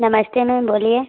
नमस्ते मैम बोलिए